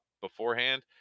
beforehand